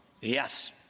yes